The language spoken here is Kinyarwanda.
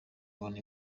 babona